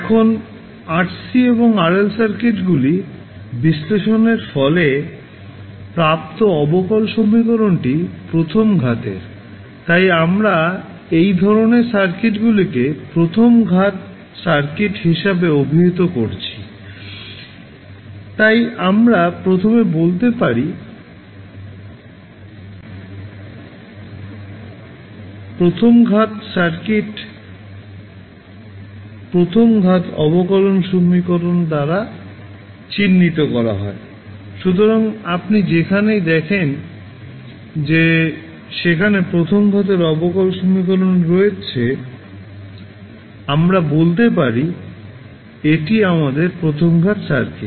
এখন RC এবং RL সার্কিটগুলি বিশ্লেষণের ফলে প্রাপ্ত অবকল সমীকরণটি প্রথম ঘাতের তাই আমরা এই ধরণের সার্কিটগুলিকে প্রথম ঘাত সার্কিট হিসাবে অভিহিত করেছি তাই আমরা বলতে পারি প্রথম ঘাত সার্কিট প্রথম ঘাত অবকল সমীকরণ দ্বারা চিহ্নিত করা হয় সুতরাং আপনি যেখানেই দেখেন যে সেখানে প্রথম ঘাতের অবকল সমীকরণ রয়েছে আমরা বলতে পারি এটি আমাদের প্রথম ঘাত সার্কিট